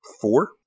four